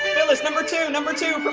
phyllis, number two. number two but